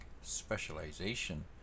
specialization